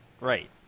Right